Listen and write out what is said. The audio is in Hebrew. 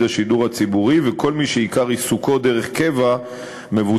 השידור הציבורי וכל מי שעיקר עיסוקו דרך קבע מבוצע